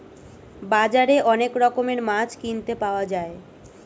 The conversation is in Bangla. বাজারে অনেক রকমের মাছ কিনতে পাওয়া যায়